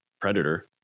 predator